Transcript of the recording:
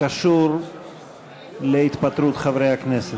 הקשור להתפטרות חברי הכנסת.